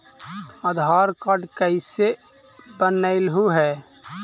आधार card कईसे बनैलहु हे?